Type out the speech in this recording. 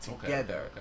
together